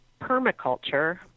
permaculture